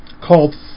called